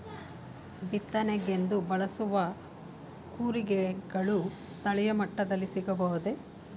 ಬಿತ್ತನೆಗೆಂದು ಬಳಸುವ ಕೂರಿಗೆಗಳು ಸ್ಥಳೀಯ ಮಟ್ಟದಲ್ಲಿ ಸಿಗಬಹುದೇ?